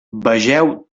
vegeu